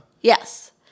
Yes